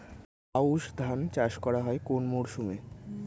আউশ ধান চাষ করা হয় কোন মরশুমে?